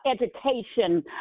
education